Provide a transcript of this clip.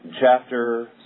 Chapter